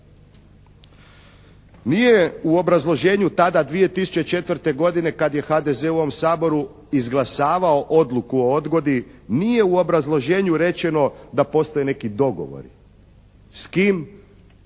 Nije u obrazloženju tada 2004. godine kad je HDZ u ovom Saboru izglasavao odluku o odgodi nije u obrazloženju rečeno da postoje neki dogovori. S kim